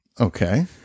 Okay